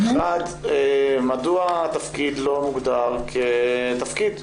שאלה אחת, מדוע התפקיד לא מוגדר כתפקיד?